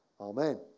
Amen